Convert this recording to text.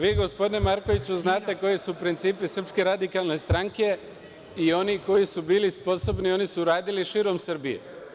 Vi gospodine Markoviću znate koji su principi SRS i oni koji su bili sposobni, oni su radili širom Srbije.